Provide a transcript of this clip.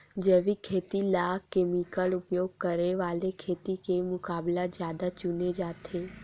जैविक खेती ला केमिकल उपयोग करे वाले खेती के मुकाबला ज्यादा चुने जाते